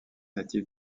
natif